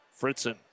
Fritzen